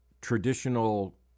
traditional